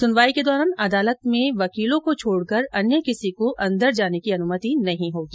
सुनवाई के दौरान अदालत में वकीलों को छोडकर अन्य किसी को अंदर जाने की अनुमति नहीं होगी